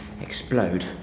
explode